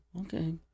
Okay